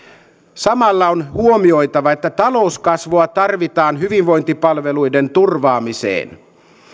samalla on huomioitava että talouskasvua tarvitaan hyvinvointipalveluiden turvaamiseen